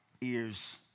ears